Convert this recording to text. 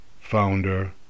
founder